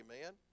amen